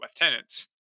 Lieutenants